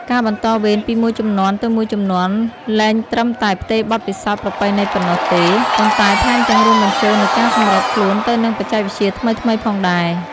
ការបន្តវេនពីមួយជំនាន់ទៅមួយជំនាន់លែងត្រឹមតែផ្ទេរបទពិសោធន៍ប្រពៃណីប៉ុណ្ណោះទេ ប៉ុន្តែថែមទាំងរួមបញ្ចូលនូវការសម្របខ្លួនទៅនឹងបច្ចេកវិទ្យាថ្មីៗផងដែរ។